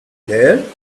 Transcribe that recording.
there